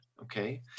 okay